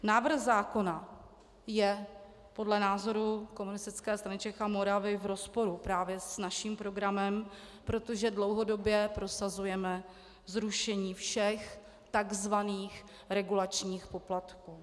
Návrh zákona je podle názoru Komunistické strany Čech a Moravy v rozporu právě s naším programem, protože dlouhodobě prosazujeme zrušení všech tzv. regulačních poplatků.